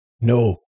No